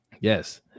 Yes